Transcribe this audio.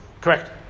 Correct